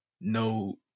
no